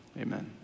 amen